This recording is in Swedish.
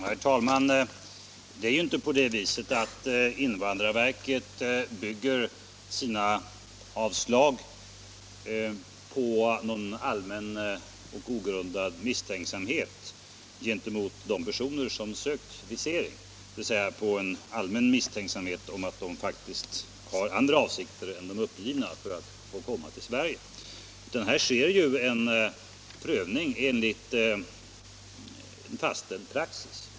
Herr talman! Det är inte så att invandrarverket bygger sina avslag på någon allmän och ogrundad misstänksamhet mot de personer som ansökt om visering, innebärande att man tror att de faktiskt har andra avsikter med att kommartill Sverige än de uppgivna, utan det sker en prövning enligt en fastställd praxis.